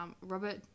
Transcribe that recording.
Robert